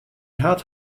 hat